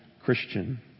Christian